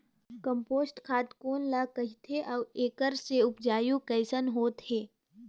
Compost खाद कौन ल कहिथे अउ एखर से उपजाऊ कैसन होत हे?